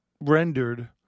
rendered